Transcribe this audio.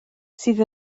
sydd